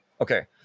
okay